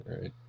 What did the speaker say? right